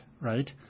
right